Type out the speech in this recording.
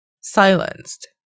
silenced